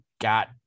got